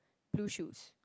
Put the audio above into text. blue shoes